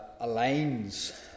aligns